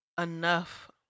enough